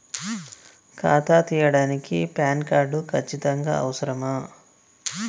ఖాతా తీయడానికి PAN card ఖచ్చితంగా అవసరమా?